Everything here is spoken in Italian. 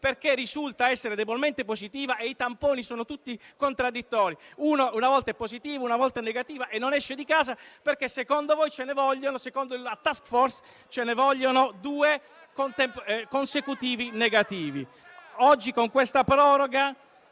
perché risulta essere debolmente positiva e i tamponi sono tutti contraddittori. Una volta è positiva e una volta è negativa; non esce di casa perché secondo voi e secondo la *task force* ce ne vogliono due consecutivi negativi. Oggi, con questa proroga